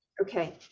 Okay